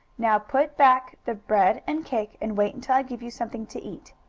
now put back the bread and cake and wait until i give you something to eat.